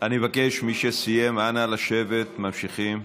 אני מבקש ממי שסיים: אנא לשבת, ממשיכים.